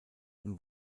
und